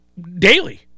daily